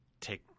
take